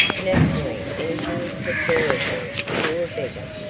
naturally anything is preferable to a beggar,